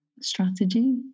strategy